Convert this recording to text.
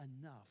enough